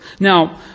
Now